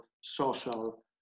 social